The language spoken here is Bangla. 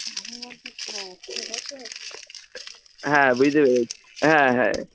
হ্যাঁ বুঝতে পেরেছি হ্যাঁ হ্যাঁ